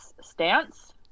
stance